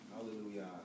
Hallelujah